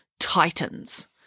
titans